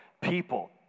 people